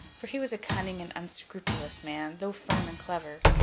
for he was a cunning and unscrupulous man, though firm and clever.